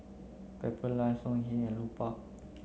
Pepper Lunch Songhe and Lupark